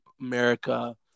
America